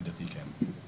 כן.